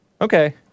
Okay